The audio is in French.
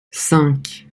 cinq